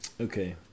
Okay